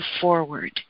forward